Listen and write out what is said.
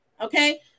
Okay